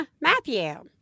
Matthew